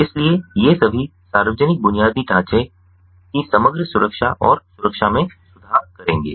इसलिए ये सभी सार्वजनिक बुनियादी ढांचे की समग्र सुरक्षा और सुरक्षा में सुधार करेंगे